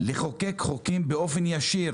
לחוקק חוקים באופן ישיר